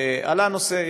עלה נושא,